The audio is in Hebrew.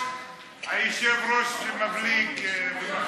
היושב-ראש מבליג.